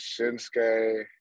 Shinsuke